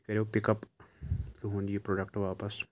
یہِ کَریو pick up تُہُنٛد یہِ پرٛوٚڈَکٹ واپَس